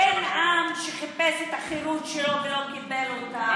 אין עם שחיפש את החירות שלו ולא קיבל אותה.